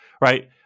right